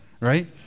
right